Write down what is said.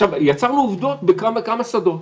יצרנו עובדות בכמה שדות.